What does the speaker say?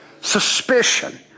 suspicion